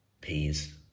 peas